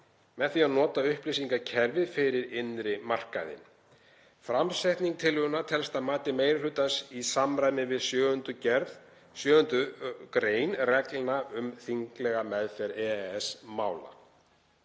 með því að nota upplýsingakerfi fyrir innri markaðinn. Framsetning tillögunnar telst að mati meiri hlutans í samræmi við 7. gr. reglna um þinglega meðferð EES-mála.